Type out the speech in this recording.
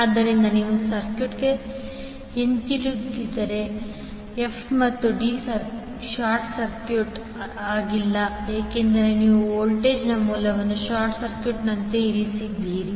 ಆದ್ದರಿಂದ ನೀವು ಸರ್ಕ್ಯೂಟ್ಗೆ ಹಿಂತಿರುಗಿದರೆ f ಮತ್ತು d ಶಾರ್ಟ್ ಸರ್ಕ್ಯೂಟ್ ಆಗಿಲ್ಲ ಏಕೆಂದರೆ ನೀವು ವೋಲ್ಟೇಜ್ ಮೂಲವನ್ನು ಶಾರ್ಟ್ ಸರ್ಕ್ಯೂಟ್ನಂತೆ ಇರಿಸಿದ್ದೀರಿ